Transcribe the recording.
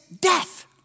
death